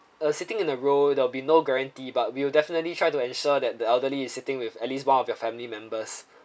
sitting in a row there will be no guarantee but we will definitely try to ensure that the elderly is sitting with at least one of your family members